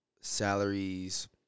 salaries